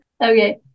Okay